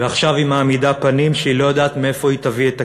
ועכשיו היא מעמידה פנים שהיא לא יודעת מאיפה היא תביא את הכסף,